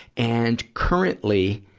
and currently,